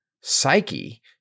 Psyche